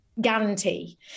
guarantee